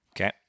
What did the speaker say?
Okay